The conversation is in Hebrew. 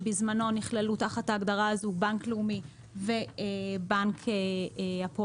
שבזמנו נכללו תחת ההגדרה הזאת בנק לאומי ובנק הפועלים